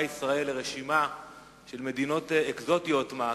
ישראל לרשימה של מדינות אקזוטיות-מה,